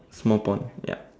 small pond yep